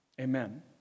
Amen